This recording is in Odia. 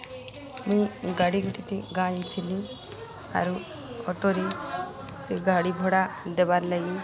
ମୁଇଁ ଗାଡ଼ି ଗୋଟିକ ଗାଁଈଥିଲି ଆରୁ ଅଟୋରେ ସେ ଗାଡ଼ି ଭଡ଼ା ଦେବାର୍ ଲାଗି